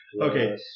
Okay